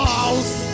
house